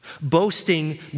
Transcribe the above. Boasting